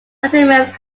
settlements